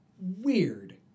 Weird